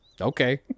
Okay